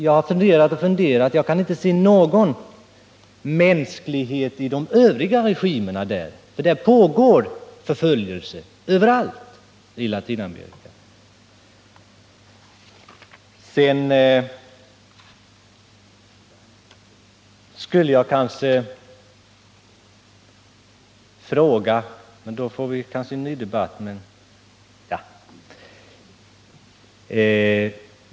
Jag kan inte finna att det förekommer någon mänsklighet i de övriga latinamerikanska staterna. Överallt i Latinamerika bedriver regimerna förföljelse. Sedan skulle jag vilja ställa ytterligare en fråga till utrikesministern, även om det kanske leder till att vi får en ny debatt.